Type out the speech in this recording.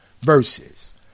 Verses